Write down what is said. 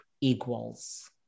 equals